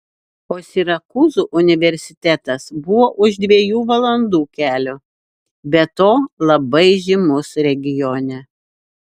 o sirakūzų universitetas buvo už dviejų valandų kelio be to labai žymus regione